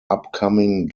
upcoming